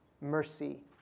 mercy